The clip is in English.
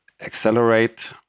accelerate